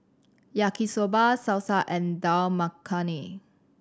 Yaki Soba Salsa and Dal Makhani